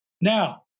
now